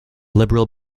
liberal